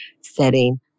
setting